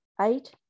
eight